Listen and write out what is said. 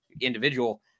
individual